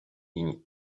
ligne